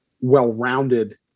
well-rounded